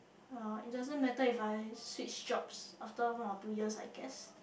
ya it doesn't matter if I switch jobs after one or two year I guess